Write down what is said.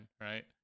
right